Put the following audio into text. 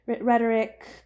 rhetoric